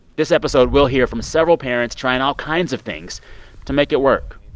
this episode, we'll hear from several parents trying all kinds of things to make it work,